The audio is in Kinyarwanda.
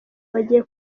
bagiye